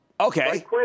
Okay